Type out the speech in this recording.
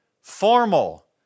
formal